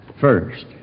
first